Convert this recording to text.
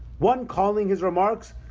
one calling his remarks.